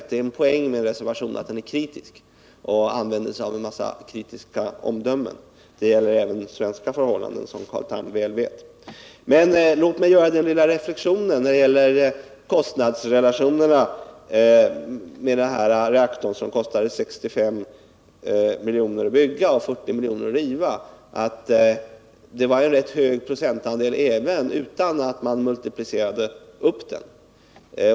Men det är ändå en poäng med en reservation: den är kritisk, och i den fäller man kritiska omdömen. Detta gäller även svenska förhållanden, som Carl Tham mycket väl vet. Men låt mig göra en reflexion när det gäller kostnadsrelationerna. Reaktorn kostade 65 miljoner att bygga och 40 miljoner att riva. Det varen rätt hög procentandel, även om man inte multiplicerade upp den.